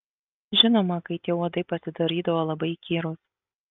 žinoma kai tie uodai pasidarydavo labai įkyrūs